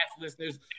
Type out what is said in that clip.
listeners